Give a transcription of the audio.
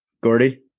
Gordy